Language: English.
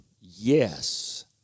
Yes